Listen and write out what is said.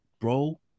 bro